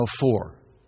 four